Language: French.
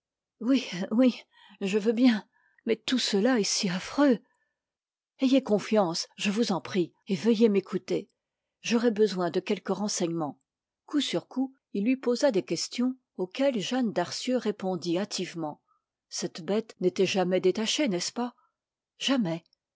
oui oui je veux bien mais tout cela est si affreux ayez confiance je vous en prie et veuillez m'écouter j'aurais besoin de quelques renseignements coup sur coup il lui posa des questions auxquelles jeanne darcieux répondit hâtivement cette bête n'était jamais détachée n'est-ce pas jamais